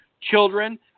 children